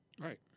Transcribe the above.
Right